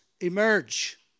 emerge